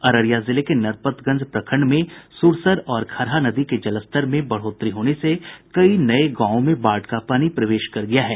अररिया जिले के नरपतगंज प्रखंड में सुरसर और खरहा नदी के जलस्तर में बढ़ोतरी होने से कई नये गांवों में बाढ़ का पानी प्रवेश कर गया है